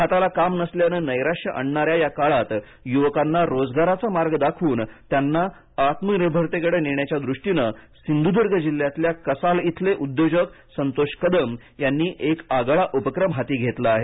हाताला काम नसल्यानं नैराश्य आणणाऱ्या या काळात यूवकांना रोजगाराचा मार्ग दाखवून त्यांना आत्मनिर्भरतेकडे नेण्याच्या दृष्टीनं सिंधुद्र्ग जिल्ह्यातल्या कसाल इथले उद्योजक संतोष कदम यांनी एक आगळा उपक्रम हाती घेतला आहे